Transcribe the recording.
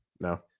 No